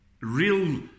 real